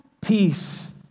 peace